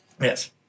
Yes